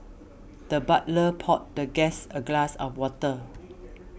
the butler poured the guest a glass of water